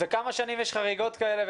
וכמה שנים יש חריגות כאלה?